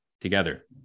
together